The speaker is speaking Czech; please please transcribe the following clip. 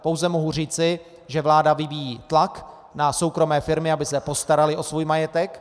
Pouze mohu říci, že vláda vyvíjí tlak na soukromé firmy, aby se postaraly o svůj majetek.